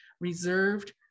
reserved